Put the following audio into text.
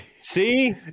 See